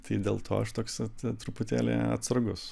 tai dėl to aš toks vat truputėlį atsargus